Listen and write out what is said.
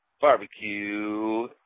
Barbecue